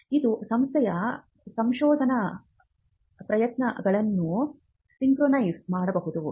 ಇದು ಸಂಸ್ಥೆಯ ಸಂಶೋಧನಾ ಪ್ರಯತ್ನಗಳನ್ನು ಸಿಂಕ್ರೊನೈಸ್ ಮಾಡಬಹುದು